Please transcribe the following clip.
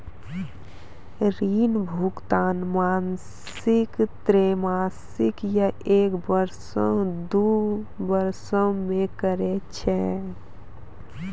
ऋण भुगतान मासिक, त्रैमासिक, या एक बरसो, दु बरसो मे करै छै